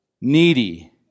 needy